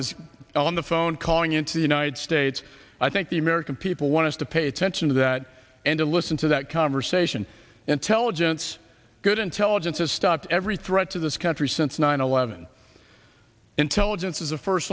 is on the phone calling into the united states i think the american people want to pay attention to that and to listen to that conversation intelligence good intelligence has stopped every threat to this country since nine eleven intelligence is a first